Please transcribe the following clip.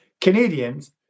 Canadians